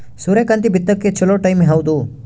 ಸೂರ್ಯಕಾಂತಿ ಬಿತ್ತಕ ಚೋಲೊ ಟೈಂ ಯಾವುದು?